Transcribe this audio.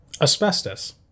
Asbestos